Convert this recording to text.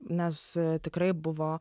nes tikrai buvo